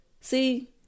see